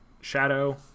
shadow